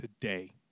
today